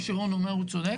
מה שרון אומר, הוא צודק.